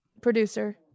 Producer